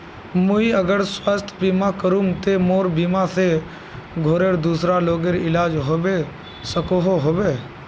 मुई अगर स्वास्थ्य बीमा करूम ते मोर बीमा से घोरेर दूसरा लोगेर इलाज होबे सकोहो होबे?